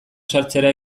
sartzera